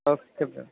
okay